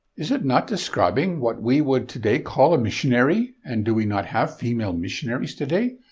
is it not describing what we would today call a missionary? and do we not have female missionaries today?